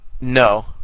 no